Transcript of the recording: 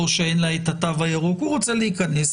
שאין לה את התו הירוק אלא הוא רוצה להיכנס,